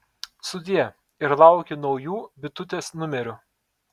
sudie ir laukiu naujų bitutės numerių